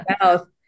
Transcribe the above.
mouth